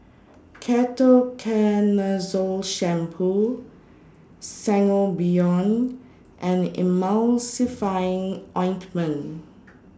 Ketoconazole Shampoo Sangobion and Emulsying Ointment